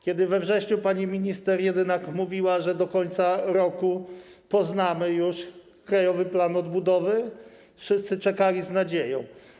Kiedy we wrześniu pani minister Jedynak mówiła, że do końca roku poznamy Krajowy Plan Odbudowy, wszyscy czekali z nadzieją.